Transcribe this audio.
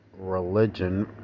religion